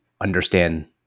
understand